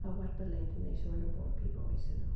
ꯑꯋꯥꯠꯄ ꯂꯩꯇꯅ ꯏꯁꯣꯔꯅ ꯕꯣꯔ ꯄꯤꯕ ꯑꯣꯏꯁꯅꯨ